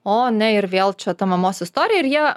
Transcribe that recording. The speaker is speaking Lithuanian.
o ne ir vėl čia ta mamos istorija ir jie